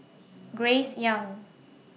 Grace Young